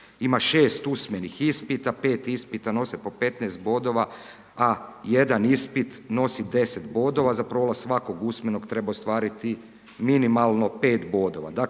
Ima 6 usmenih ispita, 5 ispita nose po 15 bodova, a jedan ispit nosi 10 bodova. Za prolaz svakog usmenog treba ostvariti minimalno 5 bodova.